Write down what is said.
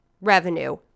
revenue